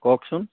কওকচোন